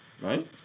Right